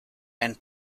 and